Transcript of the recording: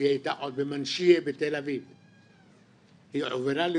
עוד כשהיא הייתה במנשייה בתל אביב.